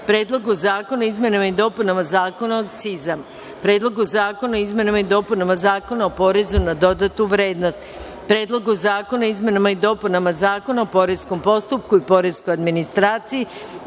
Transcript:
Predlogu zakona o izmenama i dopunama Zakona o akcizama; Predlogu zakona o izmenama i dopunama Zakona o porezu na dodatu vrednost; Predlogu zakona o izmenama i dopunama Zakona o poreskom postupku i poreskoj administraciji;